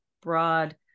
broad